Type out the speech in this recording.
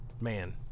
man